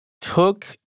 took